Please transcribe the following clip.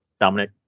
Dominic